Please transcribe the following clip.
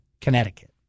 Connecticut